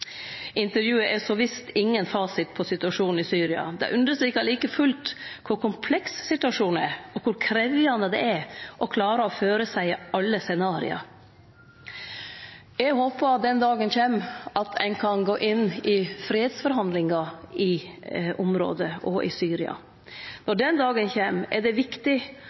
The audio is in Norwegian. Intervjuet er så visst ingen fasit på situasjonen i Syria. Like fullt understrekar det kor kompleks situasjonen er, og kor krevjande det er å klare å føreseie alle scenario. Eg håpar den dagen kjem at ein kan gå inn i fredsforhandlingar i området, òg i Syria. Når den dagen kjem, er det viktig